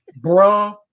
Bruh